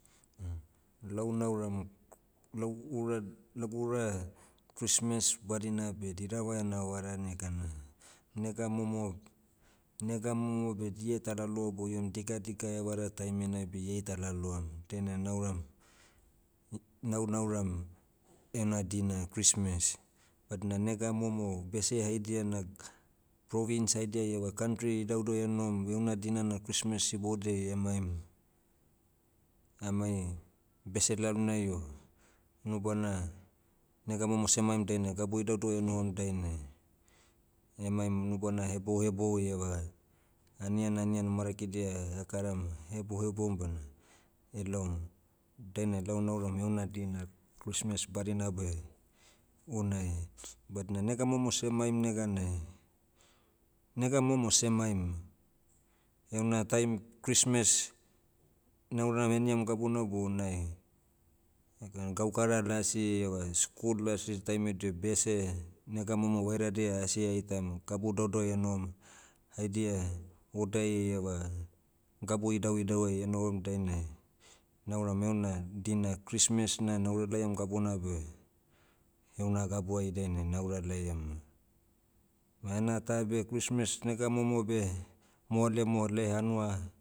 Lau nauram, lau ura- lagu ura, christmas badina beh dirava ena vara negana. Nega momo- nega momo beh dia ta laloa boiom dikadika evara taimina beh ia ita laloam. Dainai nauram, lau nauram, heuna dina christmas. Badina nega momo, bese haidia na, province haidiai ieva kantri idaudau enohom heuna dina na christmas ibodiai emaim, amai, bese lalonai o, nubana, nega momo semaim dainai gabu idaudauai enohom, emaim unubana hebouhebou ieva, anian anian marakidia ekaram, hebouheboum bena, eloum. Dainai lau nauram heuna dina, christmas badina beh, unai. Badina nega momo semaim neganai, nega momo semaim. Heuna time, christmas, naura heniam gabuna bunai. Eka gaukara lasi eva, school lasi taimidia bese, nega momo vairadia asi aitam gabu daudauai enohom, haidia, ward ai eva, gabu idauidauai enohom dainai, nauram heuna dina christmas na naura laiam gabuna beh, heuna gabuai dainai naura laiam ma. Ma ena ta beh christmas nega momo beh, moale mmoale hanua,